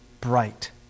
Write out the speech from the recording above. bright